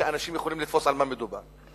שאנשים יכולים לתפוס על מה מדובר.